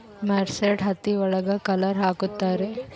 mercerised ಹತ್ತಿ ಒಳಗ colour ಹಾಕುತ್ತಾರೆ